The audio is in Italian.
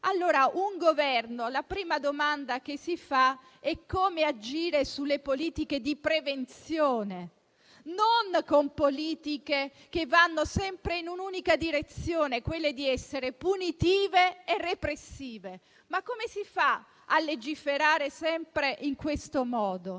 che il Governo dovrebbe farsi è come agire sulle politiche di prevenzione, non con politiche che vanno sempre in un'unica direzione, quella di essere punitive e repressive. Come si fa a legiferare sempre in questo modo?